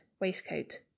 waistcoat